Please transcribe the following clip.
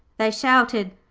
they shouted,